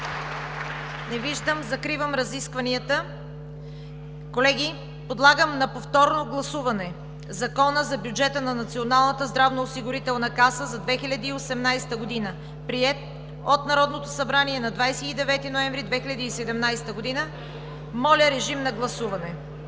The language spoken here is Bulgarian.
Не виждам. Закривам разискванията. Колеги, подлагам на повторно гласуване Закона за бюджета на Националната здравноосигурителна каса за 2018 г., приет от Народното събрание на 29 ноември 2017 г. (Реплики от присъстващи